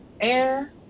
air